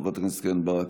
חברת הכנסת קרן ברק,